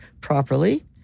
properly